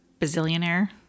bazillionaire